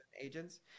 agents